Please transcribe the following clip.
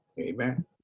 Amen